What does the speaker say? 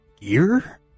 gear